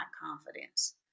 confidence